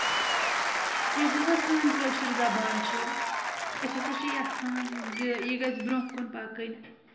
یۄس ہسا سٲنی کٲشِر زبان چھےٚ أسۍ ہسا چھٕ یژھان زِ یہِ گژھِ بروٚنٛہہ کُن پَکٕنۍ